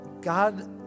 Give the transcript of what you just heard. God